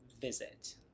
visit